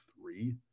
three